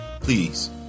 Please